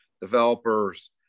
developers